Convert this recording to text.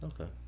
okay